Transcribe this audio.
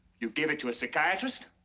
you gave it to a psychiatrist?